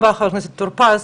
תודה רבה, חה"כ טור פז.